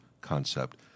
concept